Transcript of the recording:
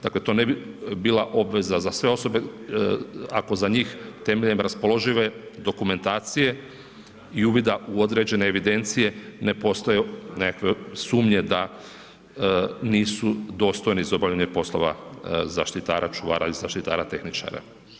Dakle, to ne bi bila obveza za sve osobe ako za njih temeljem raspoložive dokumentacije i uvida u određene evidencije ne postoje nekakve sumnje da nisu dostojni za obavljanje poslove zaštitara čuvara i zaštitara tehničara.